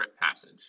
passage